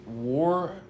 war